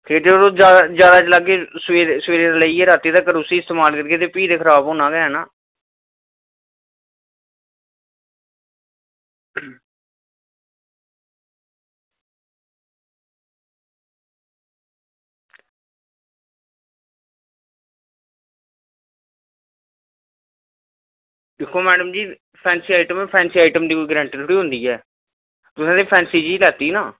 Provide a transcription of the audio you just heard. जदूं जादै चलागै सबेरे कोला लेइयै रातीं तगर इस्तेमाल करगे फिर ते बमार होना गै दिक्खो मैडम जी फैंसी आईटम ऐ फैंसी आईटम दी कोई गारंटी थोह्ड़ी होंदी ऐ तुसें ते फैंसी चीज़ लैती ना